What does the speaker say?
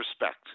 respect